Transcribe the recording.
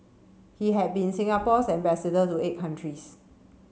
he had been Singapore's ambassador to eight countries